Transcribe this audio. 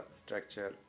structure